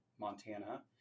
Montana